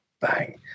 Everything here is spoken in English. bang